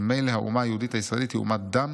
ממילא האומה היהודית הישראלית היא אומת דם,